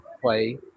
play